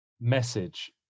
message